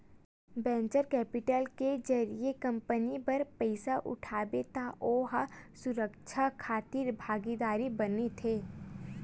venture capital के जरिए company बर पइसा उठाबे त ओ ह सुरक्छा खातिर भागीदार बनथे